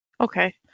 Okay